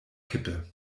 kippe